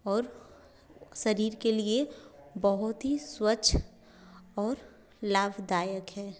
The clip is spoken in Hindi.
और शरीर के लिए बहुत ही स्वच्छ और लाभदायक है